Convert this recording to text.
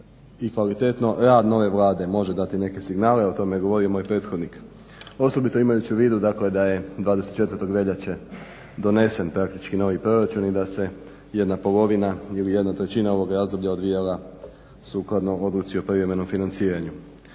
i kvalitetno. Rad nove Vlade može dati neke signale. O tome je govorio moj prethodnik osobito imajući u vidu, dakle da je 24. veljače donesen praktički novi proračun i da se jedna polovina ili jedna trećina ovog razdoblja odvijala sukladno odluci o privremenom financiranju.